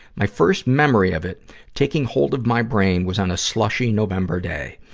my first memory of it taking hold of my brain, was on a slushy november day.